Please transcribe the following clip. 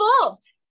involved